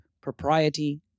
propriety